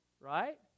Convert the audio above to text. right